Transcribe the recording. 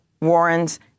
Warren's